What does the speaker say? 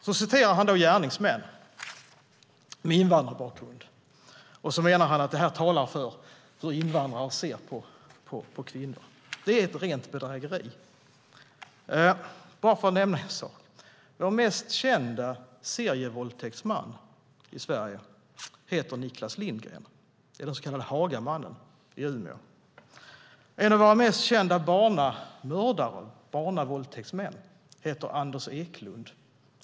Så citerar han då gärningsmän med invandrarbakgrund och menar att det talar för hur invandrare ser på kvinnor. Det är ett rent bedrägeri. Låt mig nämna en sak. Den mest kända serievåldtäktsmannen i Sverige heter Niklas Lindgren. Det är den så kallade Hagamannen i Umeå. En av våra mest kända barnamördare och barnavåldtäktsmän heter Anders Eklund.